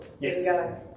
yes